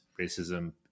racism